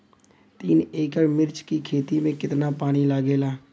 तीन एकड़ मिर्च की खेती में कितना पानी लागेला?